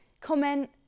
comment